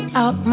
out